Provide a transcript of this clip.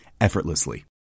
effortlessly